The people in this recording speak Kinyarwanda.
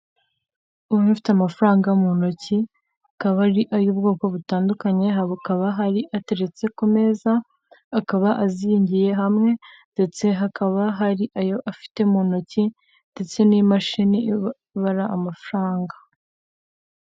Umuntu ufite amafaranga mu ntoki kaba ari aybwoko butandukanye hakaba hari ateretse ku meza akabazingiye hamwe ndetse hakaba hari ayo afite mu ntoki ndetse n'imashini ibara amafaranga.